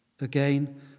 Again